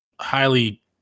highly